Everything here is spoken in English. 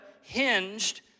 hinged